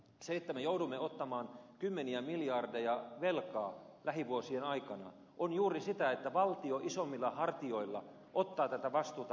se että me joudumme ottamaan kymmeniä miljardeja velkaa lähivuosien aikana on juuri sitä että valtio isommilla hartioilla ottaa tätä vastuuta itselleen